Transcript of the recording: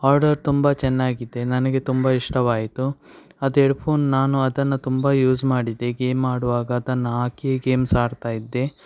order ತುಂಬ ಚೆನ್ನಾಗಿದೆ ನನಗೆ ತುಂಬ ಇಷ್ಟವಾಯಿತು ಅದು ಎಡ್ಫೋನ್ ನಾನು ಅದನ್ನು ತುಂಬ ಯೂಸ್ ಮಾಡಿದೆ ಗೇಮ್ ಆಡುವಾಗ ಅದನ್ನು ಹಾಕಿಯೇ ಗೇಮ್ಸ್ ಆಡ್ತಾ ಇದ್ದೆ